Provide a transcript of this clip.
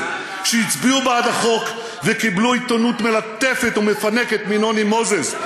שהצביעו בעד החוק וקיבלו עיתונות מלטפת ומפנקת מנוני מוזס,